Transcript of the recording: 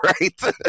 right